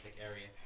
area